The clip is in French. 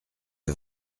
est